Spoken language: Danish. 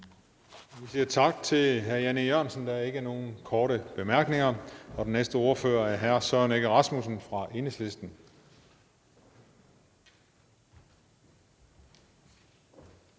Vi siger tak til hr. Jan E. Jørgensen. Der er ikke nogen korte bemærkninger. Den næste ordfører er hr. Søren Egge Rasmussen fra Enhedslisten.